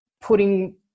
putting